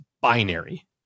binary